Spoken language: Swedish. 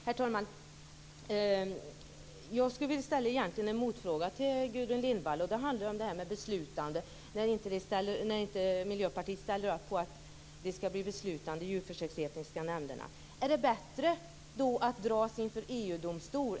Herr talman! Jag skulle egentligen vilja ställa en motfråga till Gudrun Lindvall. Det handlar om det här med att Miljöpartiet inte ställer upp på att de djurförsöksetiska nämnderna skall vara beslutande. Är det bättre att dras inför EU-domstol?